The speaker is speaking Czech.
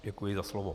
Děkuji za slovo.